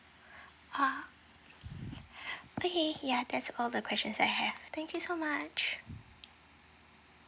ah okay ya that's all the questions I have thank you so much